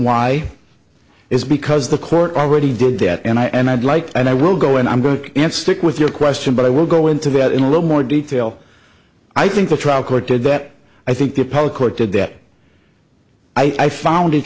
why is because the court already did that and i and i'd like and i will go and i'm going and stick with your question but i will go into that in a little more detail i think the trial court did that i think the public court did that i found it